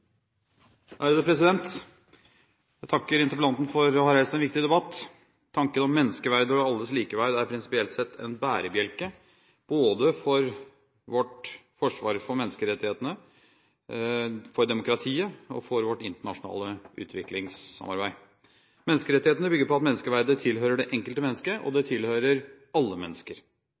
Jeg takker interpellanten for å ha reist en viktig debatt. Tanken om menneskeverdet og alles likeverd er prinsipielt sett en bærebjelke for vårt forsvar både for menneskerettighetene, for demokratiet og for vårt internasjonale utviklingssamarbeid. Menneskerettighetene bygger på at menneskeverdet tilhører det enkelte mennesket, og at det tilhører alle mennesker.